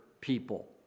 people